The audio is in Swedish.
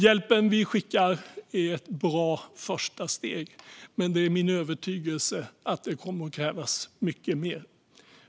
Hjälpen vi skickar är ett bra första steg, men det är min övertygelse att det kommer att krävas mycket mer.